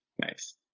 Nice